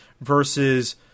versus